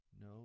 no